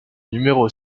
numéro